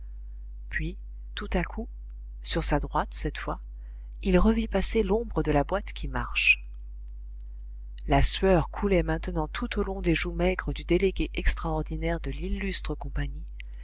puis tout à coup sur sa droite cette fois il revit passer l'ombre de la boîte qui marche la sueur coulait maintenant tout au long des joues maigres du délégué extraordinaire de l'illustre compagnie